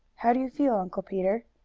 how do you feel, uncle peter?